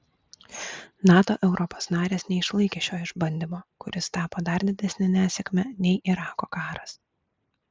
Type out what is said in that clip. nato europos narės neišlaikė šio išbandymo kuris tapo dar didesne nesėkme nei irako karas